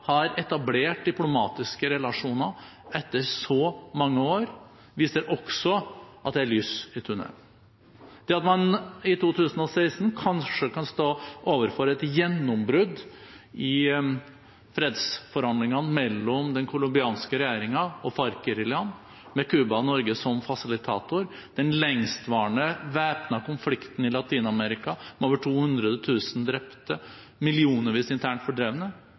har etablert diplomatiske relasjoner etter så mange år, viser også at det er lys i tunnelen. Det at man i 2016 kanskje kan stå overfor et gjennombrudd i fredsforhandlingene mellom den colombianske regjeringen og FARC-geriljaen, med Cuba og Norge som fasilitator, den lengstvarende væpnede konflikten i Latin-Amerika med over 200 000 drepte, millionvis internt fordrevne,